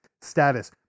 status